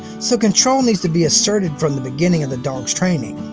so control needs to be asserted from the beginning of the dog's training.